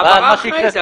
ההעברה, אחר כך.